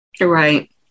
Right